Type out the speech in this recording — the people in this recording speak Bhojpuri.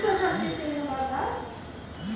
परागण के प्रक्रिया दू तरह से होत हवे